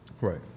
Right